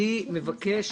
אני מבקש